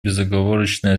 безоговорочной